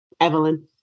Evelyn